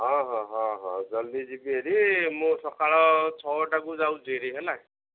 ହଁ ହଁ ହଁ ହଁ ଜଲ୍ଦି ଯିବି ହେରି ମୁଁ ସକାଳ ଛଅଟାକୁ ଯାଉଛି ହେଲା